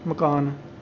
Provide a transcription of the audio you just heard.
मकान